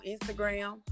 Instagram